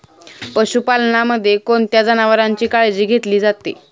पशुपालनामध्ये कोणत्या जनावरांची काळजी घेतली जाते?